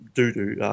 Do-do